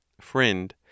Friend